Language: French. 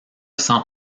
sens